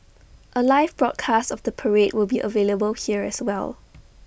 A live broadcast of the parade will be available here as well